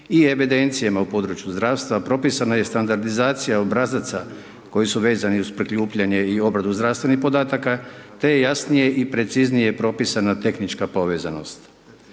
i evidencijama u područjima zdravstva, propisana je standardizacija obrazaca, koje su vezane uz prikupljanje i obradu zdravstvenih podataka, te jasnije i preciznije propisana tehnička povezanost.